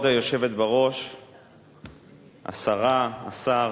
כבוד היושבת בראש, השרה, השר,